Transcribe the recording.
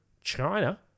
China